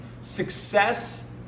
success